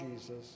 Jesus